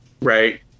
right